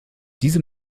diese